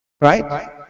Right